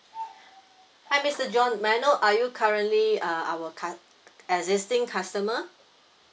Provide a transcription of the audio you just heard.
hi mister john may I know are you currently uh our cus~ existing customer